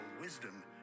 wisdom